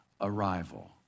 arrival